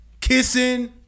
Kissing